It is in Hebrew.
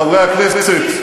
חברי הכנסת,